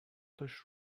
داشت